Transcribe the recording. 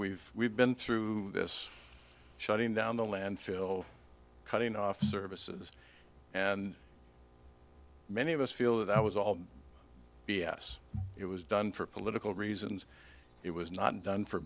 we've we've been through this shutting down the landfill cutting off services and many of us feel it was all b s it was done for political reasons it was not done for